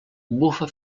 bufa